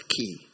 key